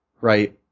right